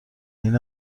این